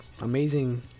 amazing